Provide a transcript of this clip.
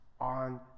on